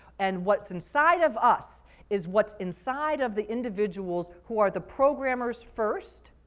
and what's inside of us is what's inside of the individuals who are the programmers first,